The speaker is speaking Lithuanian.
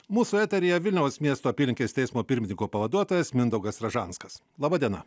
mūsų eteryje vilniaus miesto apylinkės teismo pirmininko pavaduotojas mindaugas ražanskas laba diena